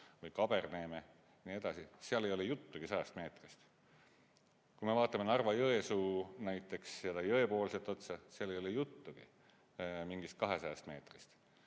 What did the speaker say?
või Kaberneeme ja nii edasi – seal ei ole juttugi 100 meetrist. Kui me vaatame Narva-Jõesuu jõepoolset otsa, seal ei ole juttugi mingist 200 meetrist.